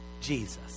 Jesus